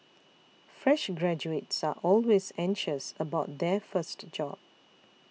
fresh graduates are always anxious about their first job